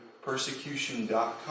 persecution.com